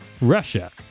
Russia